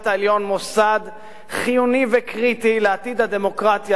העליון מוסד חיוני וקריטי לעתיד הדמוקרטיה,